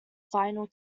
final